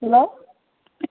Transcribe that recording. hello